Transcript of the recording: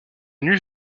nuit